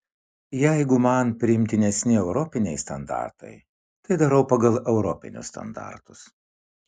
jeigu man priimtinesni europiniai standartai tai darau pagal europinius standartus